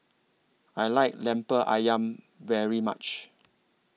I like Lemper Ayam very much